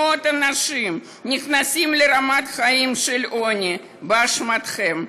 מאות-אלפי אנשים נכנסים לרמת חיים של עוני באשמתכם.